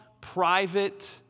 private